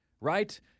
right